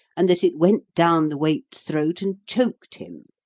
and that it went down the wait's throat and choked him.